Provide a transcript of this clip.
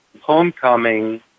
homecoming